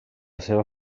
seva